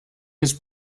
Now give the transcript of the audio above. his